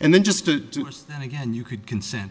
and then just to do it again you could consent